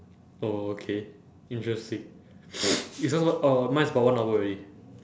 oh okay interesting is yours what oh mine is about one hour already